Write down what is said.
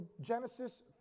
Genesis